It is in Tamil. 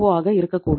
ஓ ஆக இருக்கக் கூடும்